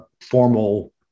formal